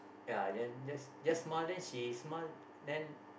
ya then just just smile then she smile then